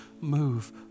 move